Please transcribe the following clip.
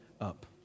up